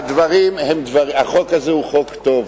חברים, בואו אומר לכם: החוק הזה הוא חוק טוב.